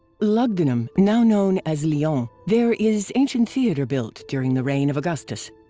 lugdunum, now known as lyon, there is ancient theater built during the reign of augustus.